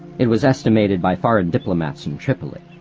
it was estimated by foreign diplomats in tripoli.